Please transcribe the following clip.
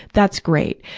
that's great.